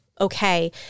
Okay